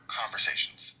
conversations